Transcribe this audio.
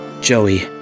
Joey